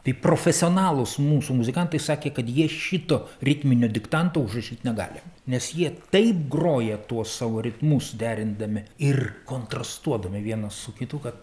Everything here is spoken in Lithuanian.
tai profesionalūs mūsų muzikantai sakė kad jie šito ritminio diktanto užrašyt negali nes jie taip groja tuos savo ritmus derindami ir kontrastuodami vienas su kitu kad